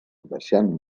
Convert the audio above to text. deixant